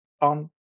on